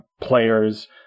players